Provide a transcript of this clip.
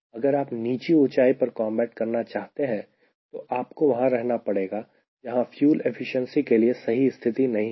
अगर आप नीची ऊंचाई पर कॉम्बैट करना चाहते हैं तो आपको वहां रहना पड़ेगा जहां फ्यूल एफिशिएंसी के लिए सही स्थिति नहीं है